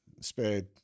Spade